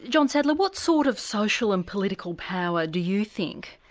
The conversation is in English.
john sadler, what sort of social and political power do you think,